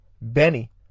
Benny